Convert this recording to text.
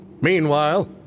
Meanwhile